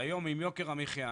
עם יוקר המחייה,